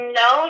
no